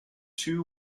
two